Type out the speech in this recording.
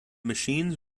machines